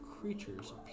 creatures